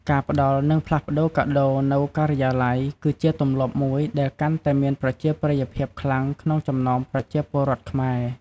ការផ្តល់និងផ្លាស់ប្ដូរកាដូរនៅការិយាល័យ គឺជាទម្លាប់មួយដែលកាន់តែមានប្រជាប្រិយភាពខ្លាំងក្នុងចំណោមប្រជាពលរដ្ឋខ្មែរ។